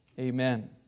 Amen